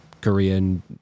Korean